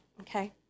Okay